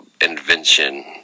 invention